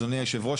אדוני יושב הראש,